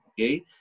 Okay